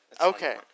Okay